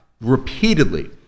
repeatedly